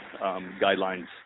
guidelines